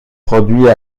produit